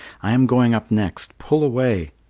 i am going up next. pull away.